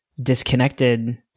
disconnected